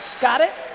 got it?